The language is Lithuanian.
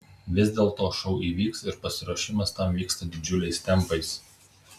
vis dėlto šou įvyks ir pasiruošimas tam vyksta didžiuliais tempais